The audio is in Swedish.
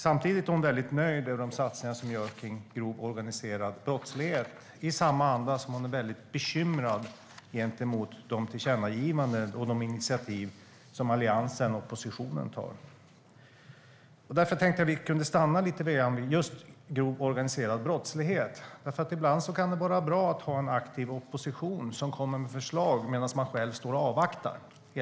Helene Petersson är väldigt nöjd med de satsningar som görs kring grov organiserad brottslighet i samma andetag som hon är väldigt bekymrad inför de tillkännagivanden och de initiativ som Alliansen och oppositionen tar. Därför tänkte jag att vi kunde stanna lite grann just vid grov organiserad brottslighet. Ibland kan det nämligen vara bra med en aktiv opposition som kommer med förslag medan man själv står och avvaktar.